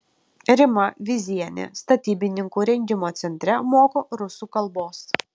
rima vyzienė statybininkų rengimo centre moko rusų kalbos